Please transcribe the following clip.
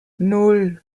nan